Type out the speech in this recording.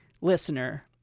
listener